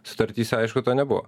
sutartyse aišku to nebuvo